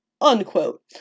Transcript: Unquote